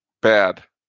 bad